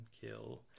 kill